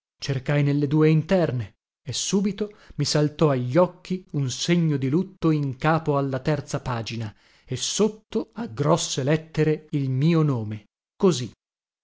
cercai nelle due interne e subito mi saltò a gli occhi un segno di lutto in capo alla terza pagina e sotto a grosse lettere il mio nome così